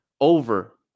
over